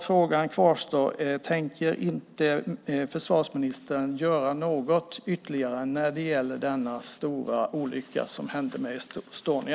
Frågan kvarstår: Tänker inte försvarsministern göra något ytterligare när det gäller den stora olycka som hände med Estonia?